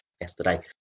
yesterday